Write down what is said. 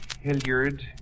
Hilliard